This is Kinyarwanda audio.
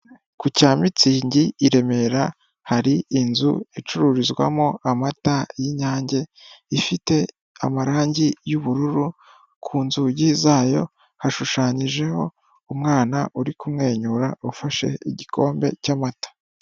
Ku cya mitsingi i Remera, hari inzu icururizwamo amata y'Inyange, ifite amarangi y'ubururu, ku nzugi zayo hashushanyijeho umwana uri kumwenyura, ufashe igikombe cy'amata.